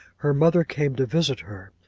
her mother came to visit her,